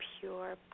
pure